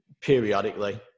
periodically